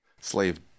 Slave